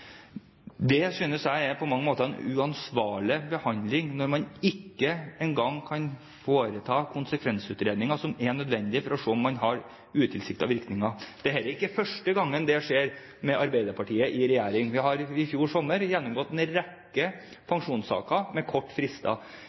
Jeg synes det på mange måter er en uansvarlig behandling når man ikke engang kan foreta konsekvensutredninger som er nødvendige for å se om man får utilsiktede virkninger. Det er ikke første gangen dette skjer med Arbeiderpartiet i regjering. I fjor sommer gjennomgikk vi en rekke pensjonssaker med korte frister.